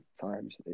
times